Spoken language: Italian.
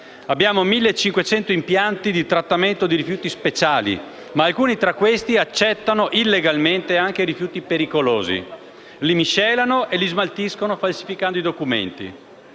Abbiamo 1.500 impianti di trattamento di rifiuti speciali, ma alcuni tra questi accettano illegalmente anche rifiuti pericolosi, che miscelano e smaltiscono falsificando i documenti.